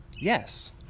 Yes